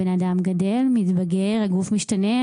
הבן אדם גדל, מתבגר, הגוף משתנה.